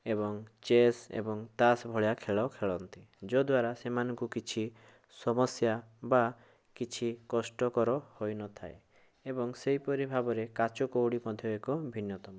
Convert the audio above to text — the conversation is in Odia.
ଏବଂ ଚେସ୍ ଏବଂ ତାସ୍ ଭଳିଆ ଖେଳ ଖେଳନ୍ତି ଯତ୍ଦ୍ଵାରା ସେମାନଙ୍କୁ କିଛି ସମସ୍ୟା ବା କିଛି କଷ୍ଟକର ହୋଇ ନଥାଏ ଏବଂ ସେହିପରି ଭାବରେ କାଚ କଉଡ଼ି ମଧ୍ୟ ଏକ ଭିନ୍ନତମ